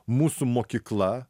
mūsų mokykla